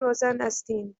روزناستین